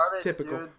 Typical